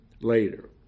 later